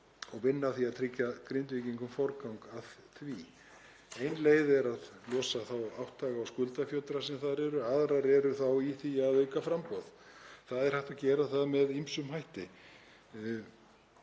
og vinna að því að tryggja Grindvíkingum forgang að því. Ein leið er að losa um þá átthaga- og skuldafjötra sem þar eru. Aðrar felast þá í því að auka framboð og það er hægt að gera með ýmsum hætti.